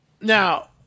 Now